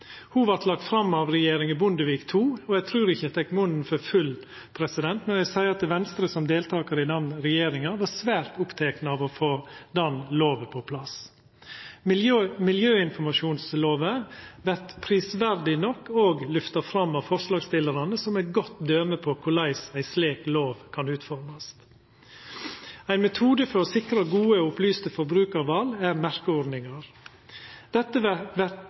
Ho vart lagd fram av regjeringa Bondevik II, og eg trur ikkje eg tek munnen for full når eg seier at Venstre, som deltakar i den regjeringa, var svært oppteke av å få den lova på plass. Miljøinformasjonslova vert prisverdig nok òg lyfta fram av forslagsstillarane som eit godt døme på korleis ei slik lov kan utformast. Ein metode for å sikra gode og opplyste forbrukarval er merkeordningar. Dette vert